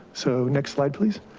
so next slide please.